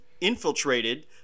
infiltrated